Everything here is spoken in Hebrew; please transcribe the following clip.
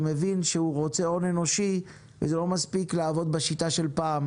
שמבין שהוא רוצה הון אנושי וזה לא מספיק לעבוד בשיטה של פעם